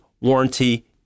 warranty